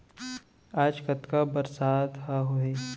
आज कतका बरसात ह होही?